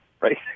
right